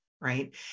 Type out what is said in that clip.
right